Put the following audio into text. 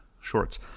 shorts